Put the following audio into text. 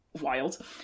wild